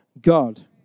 God